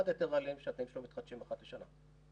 אחד --- שאתם מתחדשים אחת לשנה.